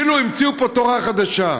כאילו המציאו פה תורה חדשה.